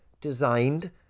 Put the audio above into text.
designed